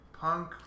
punk